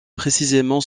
précisément